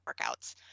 workouts